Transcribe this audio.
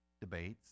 debates